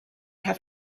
have